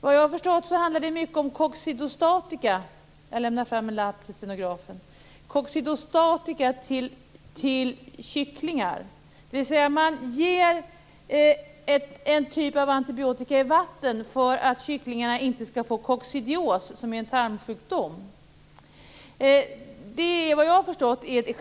Vad jag har förstått är skälet till att det fortfarande står så i foderlagen att man ger coccidostatika till kycklingar. Man ger en typ av antibiotika i vatten för att kycklingarna inte skall få coccidios, som är en tarmsjukdom.